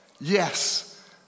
yes